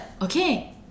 Okay